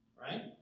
right